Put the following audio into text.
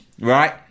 right